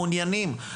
מעוניינים.